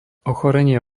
ochorenie